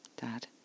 Dad